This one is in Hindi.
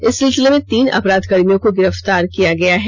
इस सिलसिले में तीन अपराध कर्मियों को गिरफ्तार किया गया है